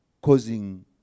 causing